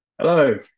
hello